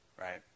Right